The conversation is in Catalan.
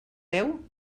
veu